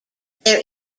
there